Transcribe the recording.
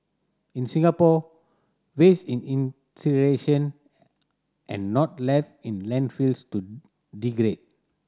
in Singapore waste is and not left in landfills to degrade